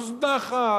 מוזנחת,